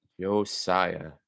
Josiah